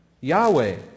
Yahweh